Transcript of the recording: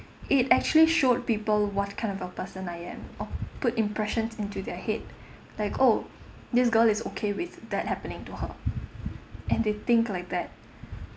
it actually showed people what kind of a person I am or put impressions into their head like oh this girl is okay with that happening to her and they think like that